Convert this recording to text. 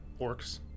orcs